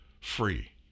free